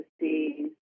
see